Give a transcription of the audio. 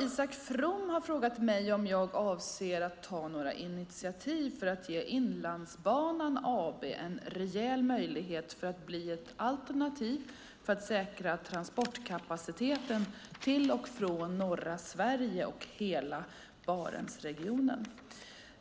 Isak From har frågat mig om jag avser att ta några initiativ för att ge Inlandsbanan AB en rejäl möjlighet att bli ett alternativ för att säkra transportkapaciteten till och från norra Sverige och hela Barentsregionen.